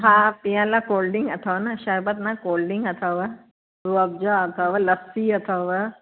हा पीअण लाइ कोल्ड डिंक अथव न शरबत न कोल्ड डिंक अथव रुअवजा अथव लस्सी अथव